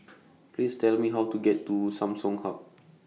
Please Tell Me How to get to Samsung Hub